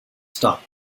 stop